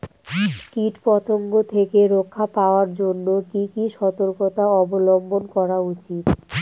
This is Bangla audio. কীটপতঙ্গ থেকে রক্ষা পাওয়ার জন্য কি কি সর্তকতা অবলম্বন করা উচিৎ?